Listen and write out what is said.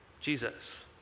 Jesus